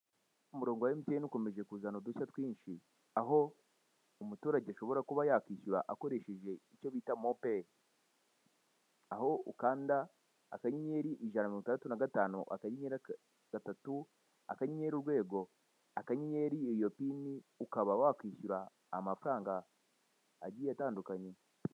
Umurongo wa emutiyeni ukomeje kuzana udushya twinshi, aho umuturage ashobora kuba yakwishyura akoresheje icyo bita momopeyi, aho ukanda akanyenyeri ijana na mirongo itandatu na gatanu, akanyenyeri gatatu, akanyenyeri urwego